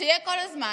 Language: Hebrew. שיהיה כל הזמן.